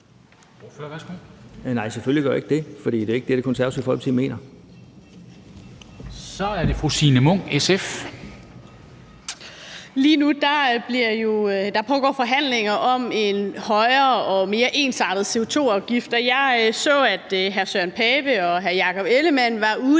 Lige nu pågår der forhandlinger om en højere og mere ensartet CO2-afgift, og jeg så, at hr. Søren Pape Poulsen og hr. Jakob Ellemann-Jensen var ude